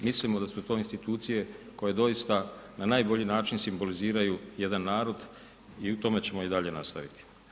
Mislimo da su to institucije koje doista na najbolji način simboliziraju jedan narod i u time ćemo i daje nastaviti.